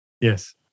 Yes